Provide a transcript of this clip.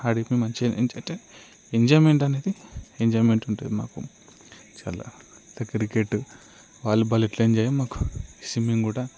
ఆడి మంచిగా ఏంటంటే ఎంజాయ్మెంట్ అనేది ఎంజాయ్మెంట్ ఉంటుంది మాకు చాలా క్రికెట్ వాలీబాల్ ఎలా ఎంజాయో మాకు స్విమ్మింగ్ కూడా